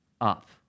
up